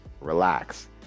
relax